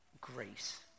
grace